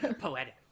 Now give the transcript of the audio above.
poetic